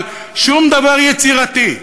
אבל שום דבר יצירתי,